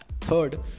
Third